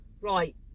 Right